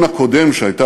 שומעים,